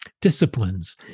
disciplines